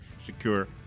secure